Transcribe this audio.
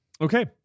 Okay